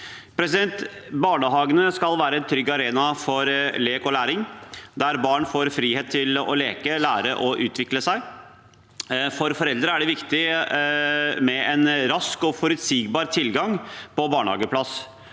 forskning. Barnehagene skal være en trygg arena for lek og læring der barn får frihet til å leke, lære og utvikle seg. For foreldre er det viktig med en rask og forutsigbar tilgang på barnehageplass.